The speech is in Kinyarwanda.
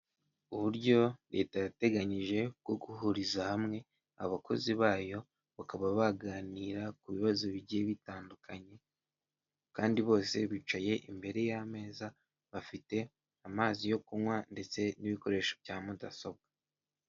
Uburyo leta yateganyije bwo guhuriza hamwe abakozi bayo bakaba baganira ku bibazo bigiye bitandukanye kandi bose bicaye imbere y'ameza, bafite amazi yo kunywa ndetse n'ibikoresho bya mudasobwa